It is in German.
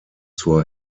zur